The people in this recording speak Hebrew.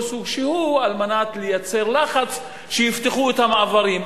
סוג שהוא על מנת לייצר לחץ שיפתחו את המעברים.